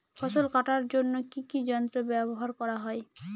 ফসল কাটার জন্য কি কি যন্ত্র ব্যাবহার করা হয়?